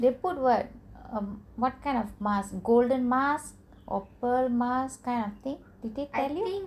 they put what what kind of mask golden mask or pearl mask kind of thing did they tell you